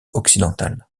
occidental